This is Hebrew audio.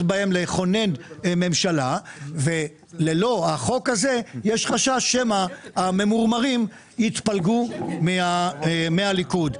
לכונן ממשלה וללא החוק הזה יש חשש שמא הממורמרים יתפלגו מהליכוד.